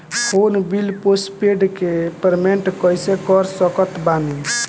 Phone bill postpaid के payment कैसे कर सकत बानी?